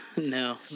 No